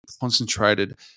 concentrated